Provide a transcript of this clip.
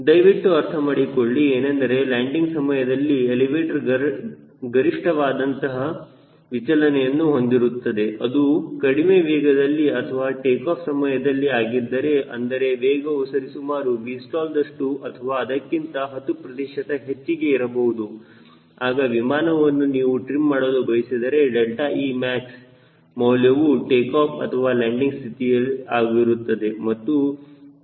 ದಯವಿಟ್ಟು ಅರ್ಥಮಾಡಿಕೊಂಡು ಏನೆಂದರೆ ಲ್ಯಾಂಡಿಂಗ್ ಸಮಯದಲ್ಲಿ ಎಲಿವೇಟರ್ ಗರಿಷ್ಠವಾದಂತಹ ವಿಚಲನೆಯನ್ನು ಹೊಂದಿರುತ್ತದೆ ಅದು ಕಡಿಮೆ ವೇಗದಲ್ಲಿ ಅಥವಾ ಟೇಕಾಫ್ ಸಮಯದಲ್ಲಿ ಆಗಿದ್ದರೆ ಅಂದರೆ ವೇಗವು ಸರಿ ಸುಮಾರು Vstallದಷ್ಟು ಅಥವಾ ಅದಕ್ಕಿಂತ 10 ಪ್ರತಿಶತ ಹೆಚ್ಚಿಗೆ ಇರಬಹುದು ಆಗ ವಿಮಾನವನ್ನು ನೀವು ಟ್ರಿಮ್ಮಾಡಲು ಬಯಸಿದರೆ 𝛿emax ಮೌಲ್ಯವು ಟೇಕಾಫ್ ಅಥವಾ ಲ್ಯಾಂಡಿಂಗ್ ಸ್ಥಿತಿಯ ಆಗಿರುತ್ತದೆ